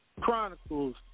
Chronicles